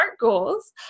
goals